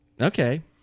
Okay